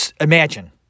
imagine